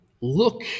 look